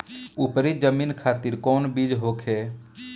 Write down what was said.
उपरी जमीन खातिर कौन बीज होखे?